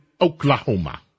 Oklahoma